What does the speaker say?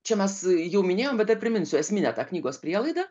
čia mes jau minėjom bet dar priminsiu esminę tą knygos prielaidą